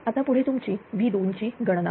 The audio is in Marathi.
आता पुढे तुमची V2 ची गणना